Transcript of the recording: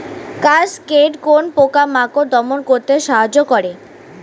Cascade কোন পোকা মাকড় দমন করতে সাহায্য করে?